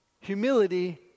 Humility